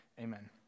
Amen